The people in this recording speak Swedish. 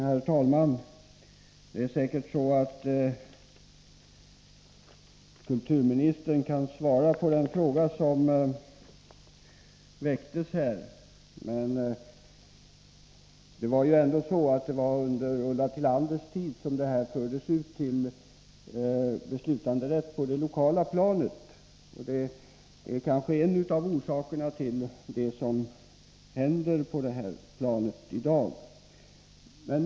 Herr talman! Kulturministern kan säkert svara på den fråga som här har väckts. Det var emellertid under Ulla Tillanders tid som beslutanderätten fördes ut på det lokala planet, och detta kanske är en av orsakerna till vad som i dag händer.